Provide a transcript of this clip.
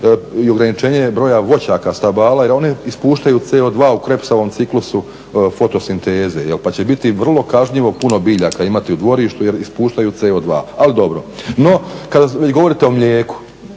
i ograničenje broja voćaka, stabala jer one ispuštaju CO2 u Krebsovom ciklusu fotosinteze, pa će biti vrlo kažnjivo puno biljaka imati u dvorištu jer ispuštaju CO2, ali dobro. No, kada govorite o mlijeku